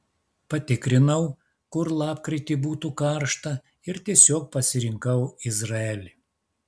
patikrinau kur lapkritį būtų karšta ir tiesiog pasirinkau izraelį